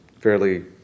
fairly